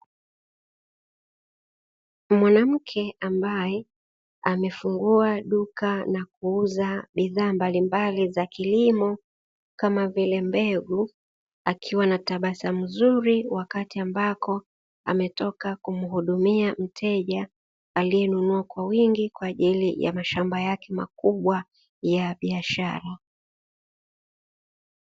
Mwanamke ambae amefungua duka na kuuza bidhaa mbalimbali za kilimo kama vile mbegu. Akiwa na tabasamu zuri wakati ambako ametoka kumuhudumia mteja alienunua kwa wingi kwaajili ya mashamba yake makubwa ya biashara.